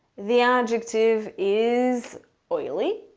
the adjective is oily.